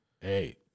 Hey